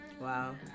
Wow